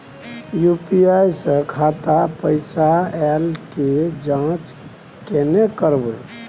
UPI स खाता मे पैसा ऐल के जाँच केने करबै?